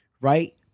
right